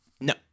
No